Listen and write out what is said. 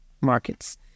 markets